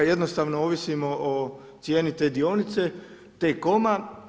Jednostavno ovisimo o cijeni te dionice T-Coma.